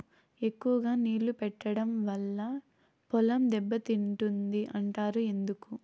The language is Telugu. ఎక్కువగా నీళ్లు పెట్టడం వల్ల పొలం దెబ్బతింటుంది అంటారు ఎందుకు?